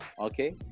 Okay